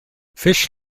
fish